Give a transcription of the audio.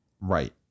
Right